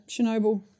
Chernobyl